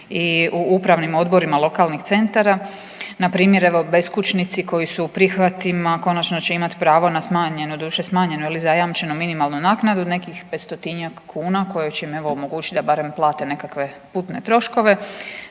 i u upravnih odborima lokalnih centara npr. evo beskućnici koji su u prihvatima konačno će imati pravo na smanjeno, doduše smanjeno ili zajamčeno minimalnu naknadu, nekih 500-tinjak kuna koje će im evo omogućiti da barem plate nekakve putne troškove.